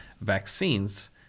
vaccines